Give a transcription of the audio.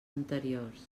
anteriors